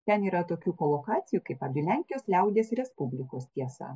ten yra tokių kolokacijų kaip antai lenkijos liaudies respublikos tiesa